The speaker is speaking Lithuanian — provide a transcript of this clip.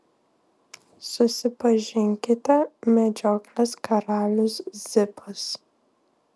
susipažinkite medžioklės karalius zipas